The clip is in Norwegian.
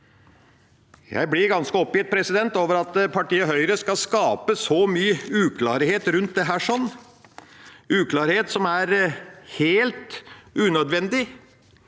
Jeg blir ganske oppgitt over at partiet Høyre skal skape så mye uklarhet rundt dette, uklarhet som er helt unødvendig.